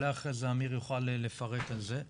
אולי אחרי זה אמיר יוכל לפרט על זה,